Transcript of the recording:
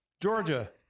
Georgia